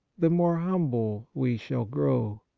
the more humble we shall grow.